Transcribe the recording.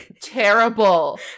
terrible